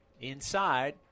inside